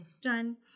Done